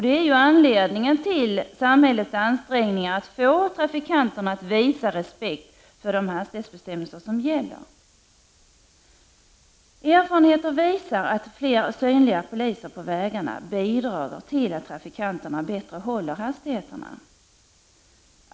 Det är anledningen till samhällets ansträngningar att få trafikanterna att visa respekt för de hastighetsbestämmelser som gäller. Erfarenheten visar att fler synliga poliser på vägarna bidrar till att trafikanterna bättre håller hastigheterna.